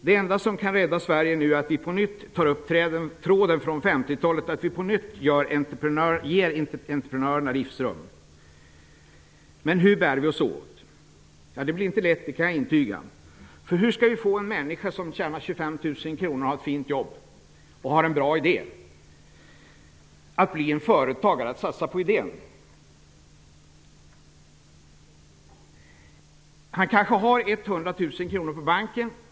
Det enda som nu kan rädda Sverige är att vi tar upp tråden från 50-talet och på nytt ger entreprenörerna livsrum. Men hur skall vi bära oss åt? Det blir inte lätt. Det kan jag intyga. Hur skall vi få en människa som tjänar 25 000 kr i månaden, har ett fint jobb och har en bra idé att bli en företagare och satsa på idén? Han kanske har 100 000 kr på banken.